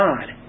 God